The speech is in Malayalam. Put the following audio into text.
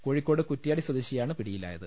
കോഴിക്കോട് കുറ്റ്യാടി സ്വദേശിയാണ് പിടിയിലായത്